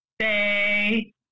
say